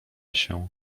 się